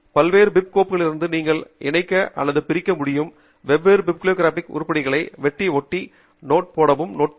பல்வேறு பிபி கோப்புகளிலிருந்து நீங்கள் இணைக்க அல்லது பிரிக்க விரும்பும் வெவ்வேறு பிபிலியோகிராபிக் உருப்படிகளை வெட்டி ஒட்டவும் நோட்பேட் பயன்படுத்தலாம்